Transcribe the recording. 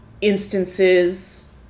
instances